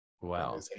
wow